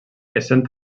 essent